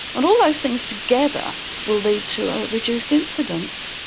and all those things together will lead to a reduced incidence.